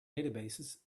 databases